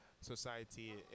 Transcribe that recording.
society